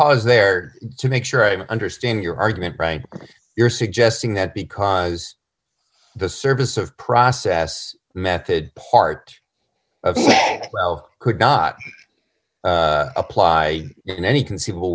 was there to make sure i understand your argument right you're suggesting that because the service of process method part of well could not apply in any conceivable